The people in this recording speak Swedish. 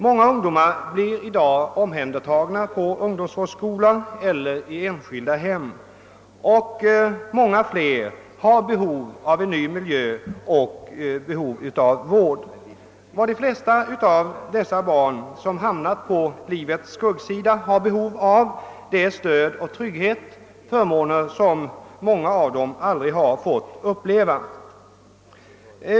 Många ungdomar blir i dag omhändertagna på ungdomsvårdsskola eller i enskilda hem, och ännu fler har behov av vård och ombyte av miljö.js E hem, och jag skulle tro att barnavårds Och vad de flesta av de barn som ham Jå ombuden får använda en mycket stor nat på livets skuggsida behöver är stöd ' och trygghet, förmåner som de aldrig har fått uppleva.